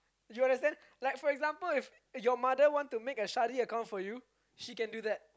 you understand like for example if your mother want to make a study account for you she can do that